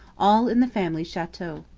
all in the family chateau.